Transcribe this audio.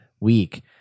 week